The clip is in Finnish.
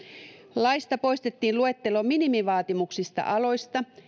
laista poistettiin luettelo minimivaatimuksista aloista